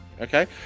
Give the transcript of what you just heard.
okay